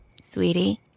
Sweetie